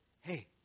hey